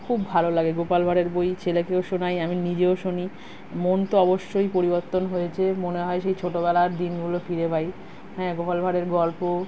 খুব ভালো লাগে গোপাল ভাঁড়ের বই ছেলেকেও শোনাই আমি নিজেও শুনি মন তো অবশ্যই পরিবর্তন হয়েছে মনে হয় সেই ছোটবেলার দিনগুলো ফিরে পাই হ্যাঁ গোপাল ভাঁড়ের গল্প